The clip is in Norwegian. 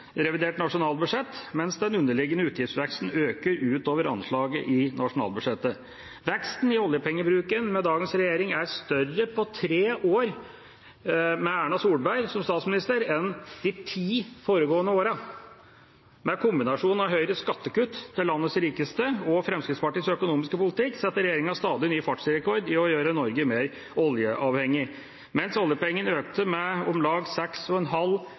revidert nasjonalbudsjett, mens den underliggende utgiftsveksten øker utover anslaget i nasjonalbudsjettet. Veksten i oljepengebruken med dagens regjering har vært større i tre år med Erna Solberg som statsminister enn i de ti foregående årene. Med kombinasjonen av Høyres skattekutt til landets rikeste og Fremskrittspartiets økonomiske politikk setter regjeringa stadig ny fartsrekord i å gjøre Norge mer oljeavhengig. Mens oljepengebruken økte med om lag 6,5